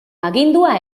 agindua